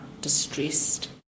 distressed